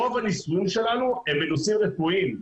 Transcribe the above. רוב הניסויים שלנו הם בנושאים רפואיים.